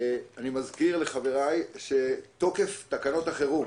אני מזכיר לחבריי שתוקף תקנות החירום